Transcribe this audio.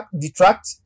detract